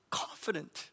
confident